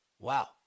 Wow